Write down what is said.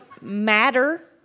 matter